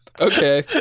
Okay